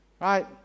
right